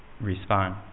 respond